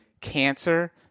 cancer